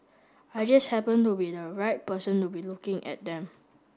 I just happened to be the right person to be looking at them